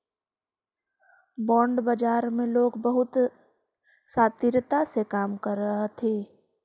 bond बाजार में लोग बहुत शातिरता से काम करऽ हथी